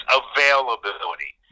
availability